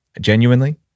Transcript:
genuinely